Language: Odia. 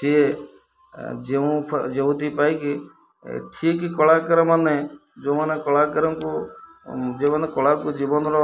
ସିଏ ଯେଉଁ ଯେଉଁଥିପାଇଁକି ଠିକ୍ କଳାକାରମାନେ ଯୋଉମାନେ କଳାକାରଙ୍କୁ ଯେଉଁମାନେ କଳାକୁ ଜୀବନର